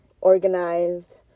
organized